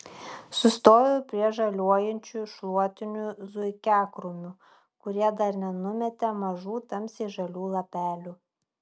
sustoju prie žaliuojančių šluotinių zuikiakrūmių kurie dar nenumetė mažų tamsiai žalių lapelių